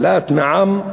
העלאת המע"מ,